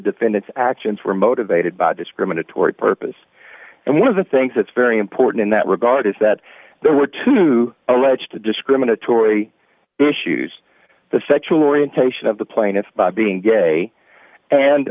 defendant's actions were motivated by discriminatory purpose and one of the things that's very important in that regard is that there were two alleged to discriminatory issues the sexual orientation of the plaintiffs being gay and